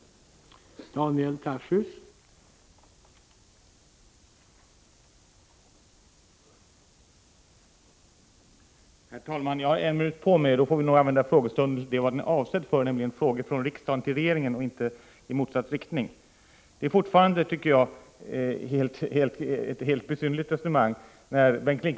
Meddelande om inter